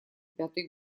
пятой